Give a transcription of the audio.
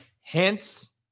Hence